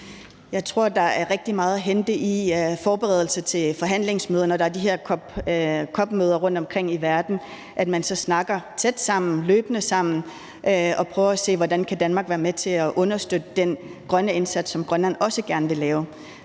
Jeg tror, der er rigtig meget at hente i forberedelser til forhandlingsmøderne, når der er de her COP-møder rundtomkring i verden. Så snakker man løbende tæt sammen og prøver at se, hvordan Danmark kan være med til at understøtte den grønne indsats, som Grønland også gerne vil lave.